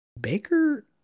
Baker